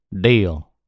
Deal